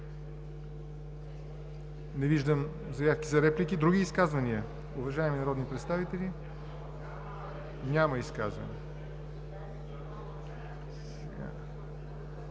Не виждам заявки за реплики. Други изказвания, уважаеми народни представители? Няма.